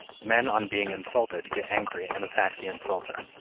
men on being insulted get angry and attack the insulter.